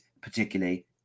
particularly